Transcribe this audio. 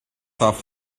off